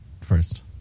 first